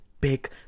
big